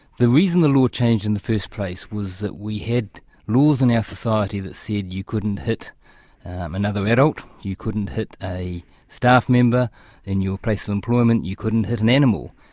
the reason the law changed in the first place was that we had laws in our society that said you couldn't hit another adult, you couldn't hit a staff member in your place of employment, you couldn't hit an animal,